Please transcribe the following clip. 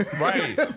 Right